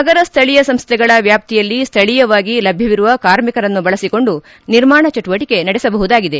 ನಗರ ಸ್ವಳೀಯ ಸಂಸ್ಥೆಗಳ ವ್ಯಾಪ್ತಿಯಲ್ಲಿ ಸ್ವಳೀಯವಾಗಿ ಲಭ್ಯವಿರುವ ಕಾರ್ಮಿಕರನ್ನು ಬಳಸಿಕೊಂಡು ನಿರ್ಮಾಣ ಚಟುವಟಿಕೆ ನಡೆಸಬಹುದಾಗಿದೆ